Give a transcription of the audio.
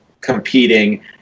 competing